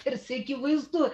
tarsi akivaizdu